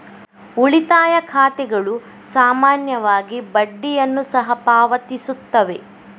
ಉಳಿತಾಯ ಖಾತೆಗಳು ಸಾಮಾನ್ಯವಾಗಿ ಬಡ್ಡಿಯನ್ನು ಸಹ ಪಾವತಿಸುತ್ತವೆ